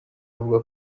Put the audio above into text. avuga